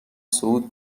صعود